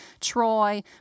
Troy